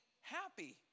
happy